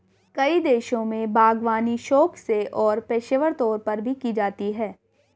कई देशों में बागवानी शौक से और पेशेवर तौर पर भी की जाती है